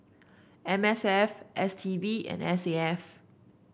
M S F S T B and S A F